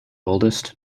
oldest